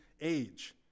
age